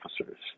officers